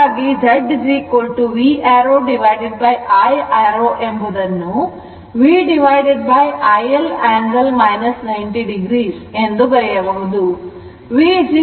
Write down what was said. ಹಾಗಾಗಿ ZV arrow I arrow ಎಂಬುದನ್ನು V dividediL angle 90 o ಹೀಗೆ ಬರೆಯಬಹುದು